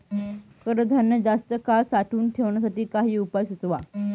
कडधान्य जास्त काळ साठवून ठेवण्यासाठी काही उपाय सुचवा?